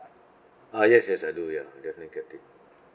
uh yes yes I do ya